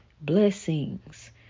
blessings